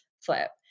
flip